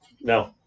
No